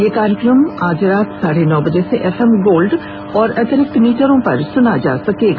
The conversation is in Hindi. यह कार्यक्रम आज रात साढे नौ बजे से एफएम गोल्ड और अतिरिक्त मीटरों पर सुना जा सकता है